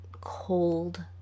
cold